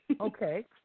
Okay